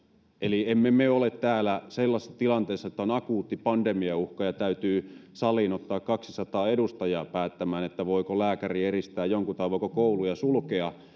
eli emme me ole täällä sellaisessa tilanteessa että on akuutti pandemiauhka ja täytyy saliin ottaa kaksisataa edustajaa päättämään voiko lääkäri eristää jonkun tai voiko kouluja sulkea